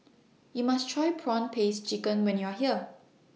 YOU must Try Prawn Paste Chicken when YOU Are here